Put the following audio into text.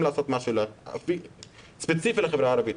לעשות משהו ספציפית לחברה הערבית.